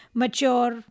mature